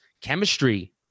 chemistry